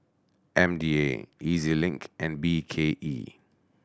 M D A E Z Link and B K E